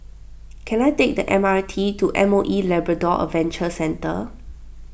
can I take the M R T to M O E Labrador Adventure Centre